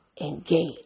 engage